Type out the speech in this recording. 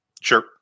Sure